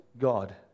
God